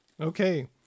Okay